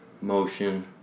motion